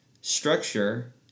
structure